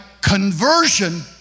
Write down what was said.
conversion